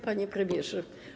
Panie Premierze!